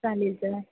चालेल चला